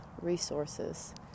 resources